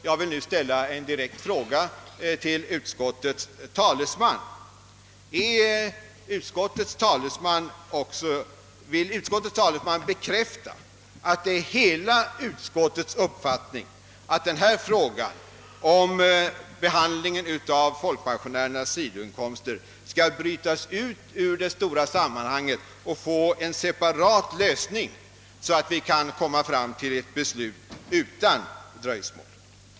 Jag vill direkt fråga utskottets talesman. Vill utskottets talesman bekräfta att det är hela utskottets uppfattning, att frågan om behandlingen av folkpensionärernas sidoinkomster skall brytas ut ur det stora sammanhanget och få en separat lösning så att vi kan nå fram till ett beslut utan dröjsmål?